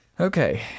Okay